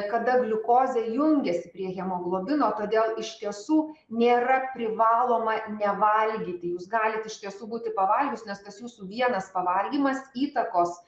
kada gliukozė jungiasi prie hemoglobino todėl iš tiesų nėra privaloma nevalgyti jūs galit iš tiesų būti pavalgius nes tas jūsų vienas pavalgymas įtakos